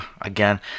Again